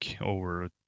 over